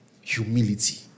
humility